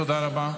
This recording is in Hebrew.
תודה רבה.